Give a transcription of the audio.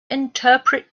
interpret